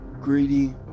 greedy